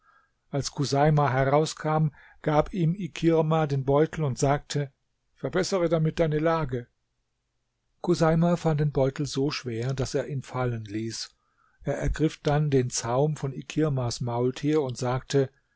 als chuseima herauskam gab ihm ikirma den beutel und sagte verbessere damit deine lage chuseima fand den beutel so schwer daß er ihn fallen ließ er ergriff dann den zaum von ikirmas maultier und sagte